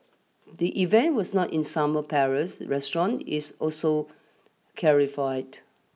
the event was not in Summer Palace restaurant it's also clarified